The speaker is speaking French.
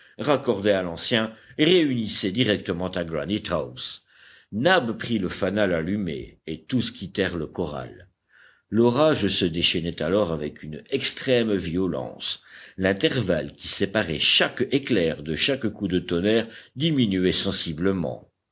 raccordé à l'ancien réunissait directement à granite house nab prit le fanal allumé et tous quittèrent le corral l'orage se déchaînait alors avec une extrême violence l'intervalle qui séparait chaque éclair de chaque coup de tonnerre diminuait sensiblement